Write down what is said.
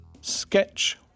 Sketch